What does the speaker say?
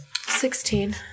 Sixteen